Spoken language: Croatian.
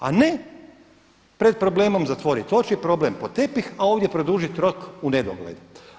A ne pred problemom zatvoriti oči, problem pod tepih a ovdje produžiti rok u nedogled.